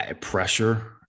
Pressure